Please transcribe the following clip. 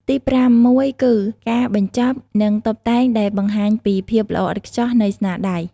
ទីប្រាំមួយគឺ ការបញ្ចប់ និងតុបតែងដែលបង្ហាញពី ភាពល្អឥតខ្ចោះនៃស្នាដៃ។